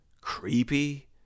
creepy